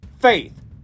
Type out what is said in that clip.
faith